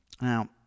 now